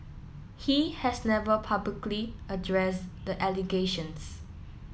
he has never publicly addressed the allegations